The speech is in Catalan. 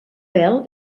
pèl